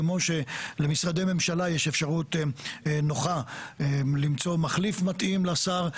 כמו שלמשרדי ממשלה יש אפשרות נוחה למצוא מחליף מתאים לשר,